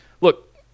Look